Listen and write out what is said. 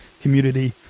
community